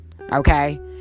Okay